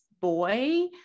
boy